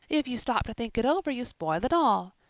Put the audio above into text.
if you stop to think it over you spoil it all.